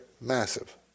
massive